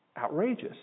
Outrageous